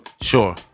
Sure